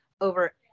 over